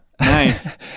Nice